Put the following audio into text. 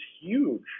huge